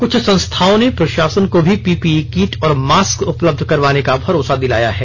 कुछ संस्थाओं ने प्रशासन को भी पीपीई किट और मास्क उपलब्ध करवाने का भरोसा दिलाया है